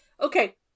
Okay